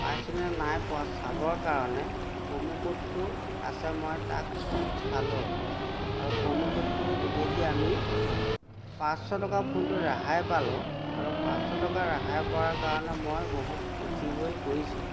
পাইছোঁনে নাই পোৱা চাবৰ কাৰণে প্ৰমোক'ডটো আছে মই তাক চালোঁ আৰু প্ৰমোক'ডটোৰ যোগেদি আমি পাঁচশ টকা ফোনটো ৰেহাই পালোঁ আৰু পাঁচশ টকা ৰেহাই পোৱাৰ কাৰণে মই বহুত সুখী হৈ পৰিছোঁ